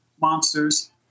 monsters